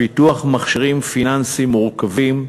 פיתוח מכשירים פיננסיים מורכבים,